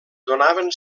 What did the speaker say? donaven